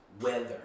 weather